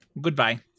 Goodbye